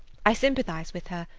i sympathise with her,